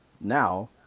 now